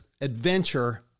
adventure